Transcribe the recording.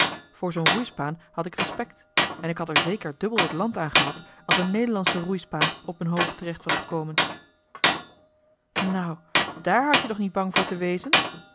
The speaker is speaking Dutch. hoofd voor zoo'n roeispaan had ik respect en ik had er zeker dubbel t land aan gehad als een nederlandsche roeispaan op m'n hoofd terecht was gekomen nou dààr had-je toch niet bang voor te wezen